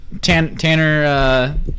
Tanner